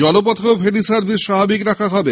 জলপথেও ferry service স্বাভাবিক রাখা হবে